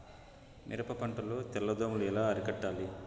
మిరప పంట లో తెల్ల దోమలు ఎలా అరికట్టాలి?